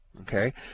Okay